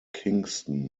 kingston